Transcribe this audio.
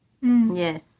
Yes